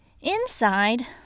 Inside